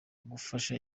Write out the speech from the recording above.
gufasha